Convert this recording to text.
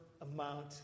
amount